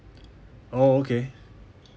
oh okay